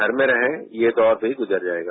घर में रहें ये दौर भी गुजर जाएगा